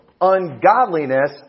ungodliness